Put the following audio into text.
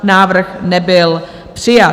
Návrh nebyl přijat.